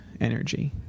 energy